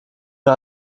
mir